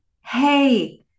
Hey